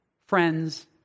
friends